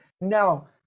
now